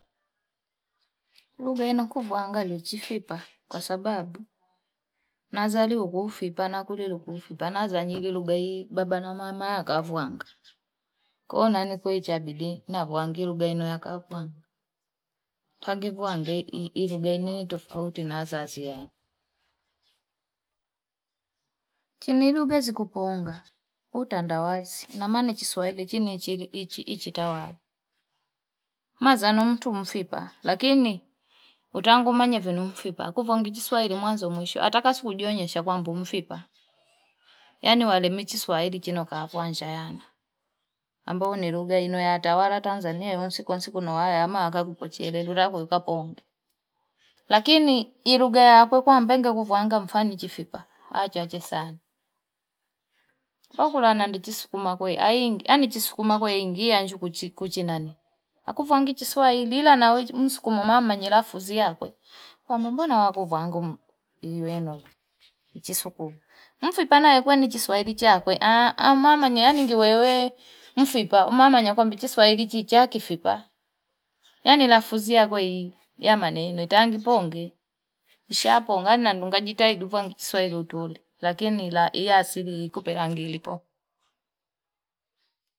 Luga ina kubwanga lichi fipa kwa sababu. Nazari uku fipa, nakurilu uku fipa. Nazari nililuga i baba na mama ya kavwanga. Kuna ni kwecha bidi na vwangi luga ina ya kavwanga. Kwa givwanga i luga ini tofauti na zazi wangu. Chiniluga zikuponga, utandawazi. Namani chiswale chini ichitawali. Mazano mtu mfipa. Lakini utangu manye vini mfipa. Kufwangi chiswali mwanzo mwisho. Ataka sukudionyesha kwa mbu mfipa. Yani wale mi chiswali chino kawa pwanja yana. Ambawo ni luga ino ya atawala Tanzania. Unsi kwansi kunawaya. Ama akaku potele. Rura kukaponga. Lakini i luga ya akwe kwa ambenga kufwanga mfani chifipa. Achachesali. Wakulana ndi chiswuma kwe. Ani chiswuma kwe ingia nju kuchinani. Hakufwangi chiswali. Lila na msukumo mamani lafuzia kwe. Pamumbona wakufwangu ino. Chiswuma kwe. Mfipa nawekwa ndi chiswali cha kwe. mamani anjiwewe. Mfipa. Mamani akwambi chiswali chichakifipa. Yani lafuzia kwe. Yamane. Uitangiponge. Isha pongana. Ndungajitai dupa mchiswali utule. Lakini la iasili di kupirangili po.